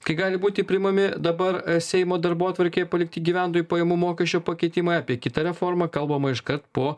kai gali būti priimami dabar seimo darbotvarkėj palikti gyventojų pajamų mokesčio pakeitimai apie kitą reformą kalbama iškart po